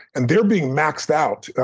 and they're being maxed out.